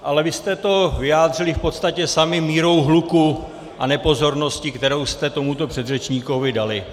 Ale vy jste to vyjádřili v podstatě sami mírou hluku a nepozorností, kterou jste tomuto předřečníkovi dali.